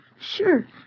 Sure